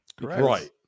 right